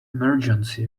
emergency